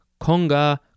conga